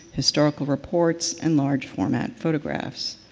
historical reports and large-format photographs.